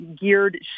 geared